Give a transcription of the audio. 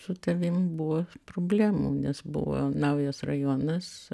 su tavim buvo problemų nes buvo naujas rajonas